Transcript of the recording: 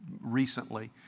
recently